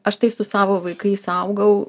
aš tai su savo vaikais augau